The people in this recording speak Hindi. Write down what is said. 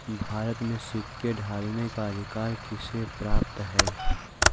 भारत में सिक्के ढालने का अधिकार किसे प्राप्त है?